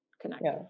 connected